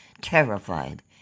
terrified